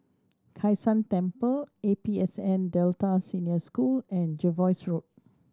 Kai San Temple A P S N Delta Senior School and Jervois Road